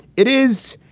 it is.